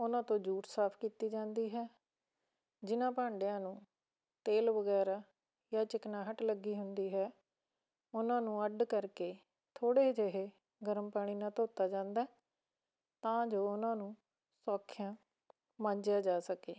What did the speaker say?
ਉਹਨਾਂ ਤੋਂ ਜੂਠ ਸਾਫ਼ ਕੀਤੀ ਜਾਂਦੀ ਹੈ ਜਿਨ੍ਹਾਂ ਭਾਂਡਿਆਂ ਨੂੰ ਤੇਲ ਵਗੈਰਾ ਜਾਂ ਚਿਕਨਾਹਟ ਲੱਗੀ ਹੁੰਦੀ ਹੈ ਉਹਨਾਂ ਨੂੰ ਅੱਡ ਕਰਕੇ ਥੋੜ੍ਹੇ ਜਿਹੇ ਗਰਮ ਪਾਣੀ ਨਾਲ਼ ਧੋਤਾ ਜਾਂਦਾ ਤਾਂ ਜੋ ਉਹਨਾਂ ਨੂੰ ਸੌਖਿਆਂ ਮਾਂਜਿਆ ਜਾ ਸਕੇ